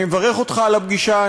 אני מברך אותך על הפגישה.